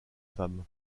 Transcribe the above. femme